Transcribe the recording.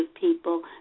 people